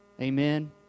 Amen